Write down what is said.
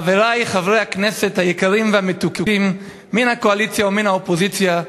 חברי חברי הכנסת היקרים והמתוקים מן הקואליציה ומן האופוזיציה,